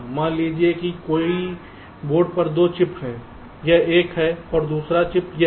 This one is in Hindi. मान लीजिए कि बोर्ड पर 2 चिप्स हैं एक यह है और दूसरा चिप यह है